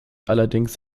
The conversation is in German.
allerdings